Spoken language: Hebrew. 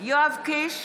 יואב קיש,